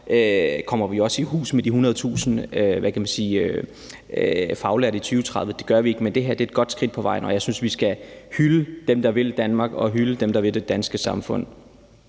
kommer vi også i hus med de 100.000 faglærte i 2030. Det gør vi ikke. Men det her er et godt skridt på vejen, og jeg synes, at vi skal hylde dem, der vil Danmark, og hylde dem, der vil det danske samfund.